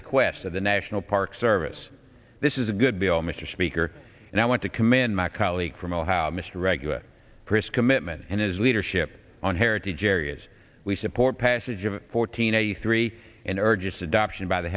request of the national park service this is a good bill mr speaker and i want to commend my colleague from ohio mr regular chris commitment and his leadership on heritage areas we support passage of fourteen eighty three and urges adoption by the